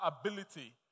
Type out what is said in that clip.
ability